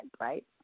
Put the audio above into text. right